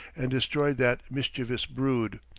and destroy that mischievous brood.